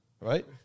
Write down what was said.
Right